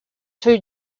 two